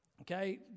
Okay